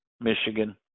Michigan